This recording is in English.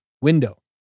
window